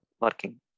working